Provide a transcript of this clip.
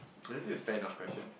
is it a fair enough question